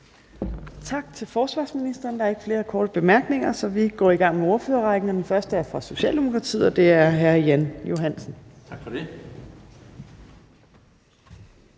Tak til forsvarsministeren. Der er ikke flere korte bemærkninger, så vi går i gang med ordførerrækken. Den første er fra Socialdemokratiet, og det er hr. Jan Johansen. Kl.